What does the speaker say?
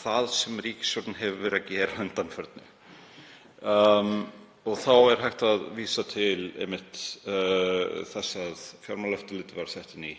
það sem ríkisstjórnin hefur verið að gera að undanförnu. Þá er hægt að vísa til þess að Fjármálaeftirlitið var sett inn